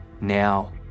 now